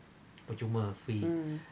mm